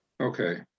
Okay